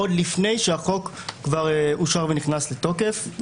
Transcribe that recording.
עוד לפני שהחוק כבר אושר ונכנס לתוקף.